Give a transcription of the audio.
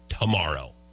tomorrow